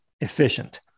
efficient